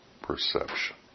perception